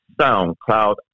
SoundCloud